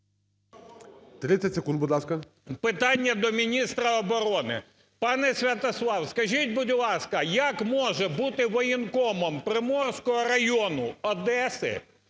30 секунд, будь ласка. МОСІЙЧУК І.В. Питання до міністра оборони. Пане Святослав, скажіть, будь ласка, як може бути воєнкомом Приморського району Одеси